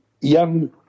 young